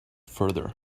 further